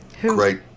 great